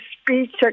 speech